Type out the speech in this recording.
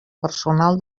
personal